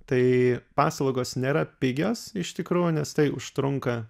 tai paslaugos nėra pigios iš tikrųjų nes tai užtrunka